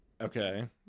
Okay